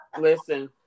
Listen